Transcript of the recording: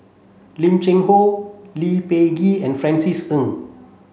Lim Cheng Hoe Lee Peh Gee and Francis Ng